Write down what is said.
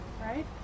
right